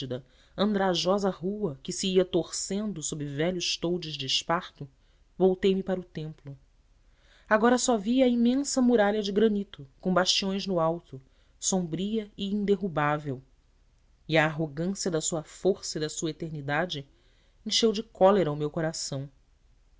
andrajosa rua que se ia torcendo sob velhos toldos de esparto voltei-me para o templo agora só via a imensa muralha de granito com bastiões no alto sombria e inderrubável e a arrogância da sua força e da sua eternidade encheu de cólera o meu coração